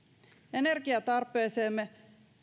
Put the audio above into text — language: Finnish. energiantarpeestamme